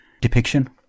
depiction